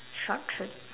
short trip